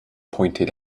pointed